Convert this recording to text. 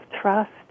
trust